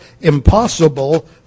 impossible